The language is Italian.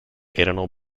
erano